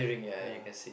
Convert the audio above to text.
ya